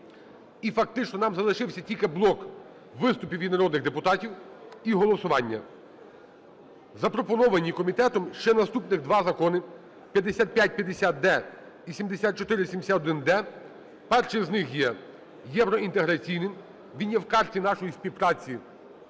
І фактично нам залишився тільки блок виступів від народних депутатів і голосування. Запропоновані комітетом ще наступні два закони: 5550-д і 7471-д. Перший з них є євроінтеграційний. Він є в карті нашої співпраці